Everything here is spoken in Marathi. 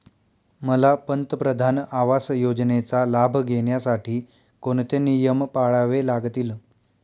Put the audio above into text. मला पंतप्रधान आवास योजनेचा लाभ घेण्यासाठी कोणते नियम पाळावे लागतील?